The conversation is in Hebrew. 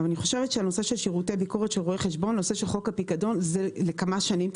אבל אני חושבת שהנושא של שירותי ביקורת של רואה חשבון הוא לכמה שנים,